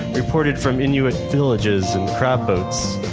reported from inuit villages and crab boats.